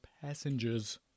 passengers